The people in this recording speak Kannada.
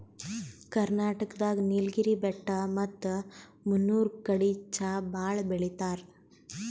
ಕರ್ನಾಟಕ್ ದಾಗ್ ನೀಲ್ಗಿರಿ ಬೆಟ್ಟ ಮತ್ತ್ ಮುನ್ನೂರ್ ಕಡಿ ಚಾ ಭಾಳ್ ಬೆಳಿತಾರ್